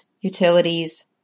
utilities